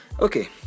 Okay